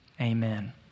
Amen